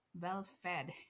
well-fed